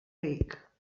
ric